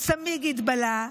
הצמיג התבלה,